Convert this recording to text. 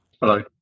Hello